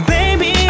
Baby